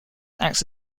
acts